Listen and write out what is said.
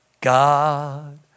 God